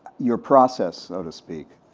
your process, so to speak.